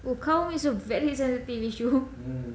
oh kaum is a very sensitive issue